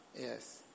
Yes